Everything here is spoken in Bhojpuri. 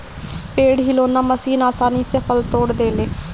पेड़ हिलौना मशीन आसानी से फल तोड़ देले